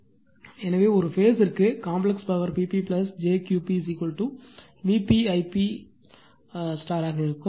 எனவே ஒரு பேஸ் ற்கு complex power P p jQ p Vp Ip ஆக இருக்கும்